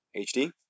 HD